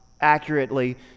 accurately